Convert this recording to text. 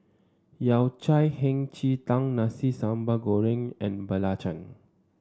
Yao Cai Hei Ji Tang Nasi Sambal Goreng and Belacan